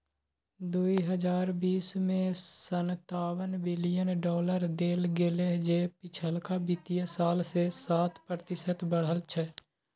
दुइ हजार बीस में सनतावन बिलियन डॉलर देल गेले जे पिछलका वित्तीय साल से सात प्रतिशत बढ़ल छै